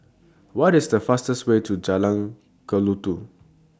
What IS The fastest Way to Jalan Kelulut